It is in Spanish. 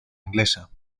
inglesa